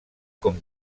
com